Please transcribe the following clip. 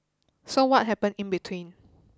so what happened in between